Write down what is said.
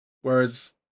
Whereas